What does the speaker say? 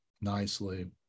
nicely